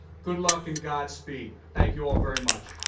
good luck and godspeed. thank you all very much.